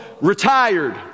retired